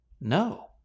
No